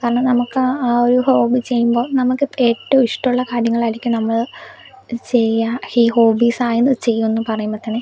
കാരണം നമുക്ക് ആ ആ ഒരു ഹോബി ചെയ്യുമ്പം നമുക്ക് ഇപ്പോ ഏറ്റവും ഇഷ്ടമുള്ള കാര്യങ്ങളായിരിക്കും നമ്മള് ചെയ്യുക ഈ ഹോബീസ് ആയത് ചെയ്യും എന്ന് പറയുമ്പം തന്നെ